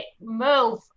move